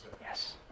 Yes